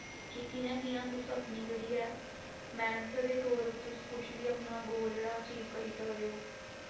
कि कियां कियां तुस अपनी जेह्ड़ी ऐ मैह्नत दे तौर तुस कुश वी अपना गोल जेह्ड़ा अचीव करी सकदे ओ